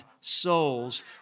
souls